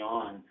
on